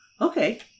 Okay